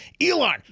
Elon